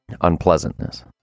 unpleasantness